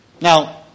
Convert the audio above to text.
Now